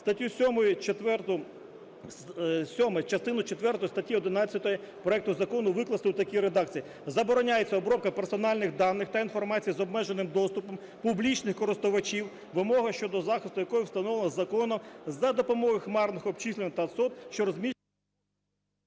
Частину четверту статті 11 проекту закону викласти у такій редакції: "Забороняється обробка персональних даних та інформація з обмеженим доступом публічних користувачів, вимога щодо захисту якої встановлена законом, за допомогою хмарних обчислювань та сот, що розміщуються…"